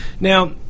Now